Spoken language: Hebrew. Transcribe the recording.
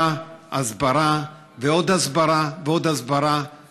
הסברה, הסברה, ועוד הסברה ועוד הסברה.